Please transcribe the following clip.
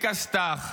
בלי כסת"ח.